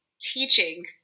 teaching